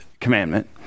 commandment